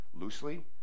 loosely